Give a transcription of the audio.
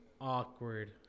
awkward